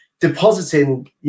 depositing